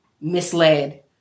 misled